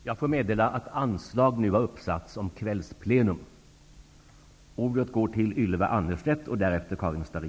Jag får meddela att anslag nu har satts upp om att detta sammanträde skall fortsätta efter kl. 19.00.